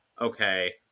okay